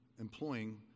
employing